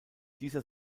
dieser